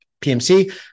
PMC